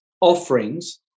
offerings